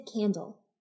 candle